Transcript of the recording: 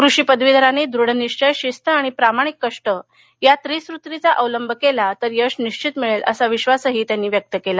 कृषी पदवीधरांनी दूढ निश्वय शिस्त आणि प्रामाणिक कष्ट या त्रिसूत्रीचा अवलंब केला तर यश निश्वित मिळेल असा विश्वासही राज्यपालांनी व्यक्त केला